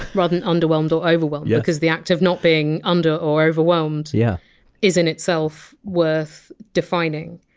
rather than underwhelmed or overwhelmed, yeah because the act of not being under or overwhelmed yeah is in itself worth defining.